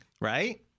right